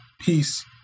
peace